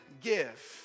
give